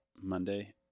monday